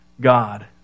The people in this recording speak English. God